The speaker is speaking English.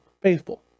faithful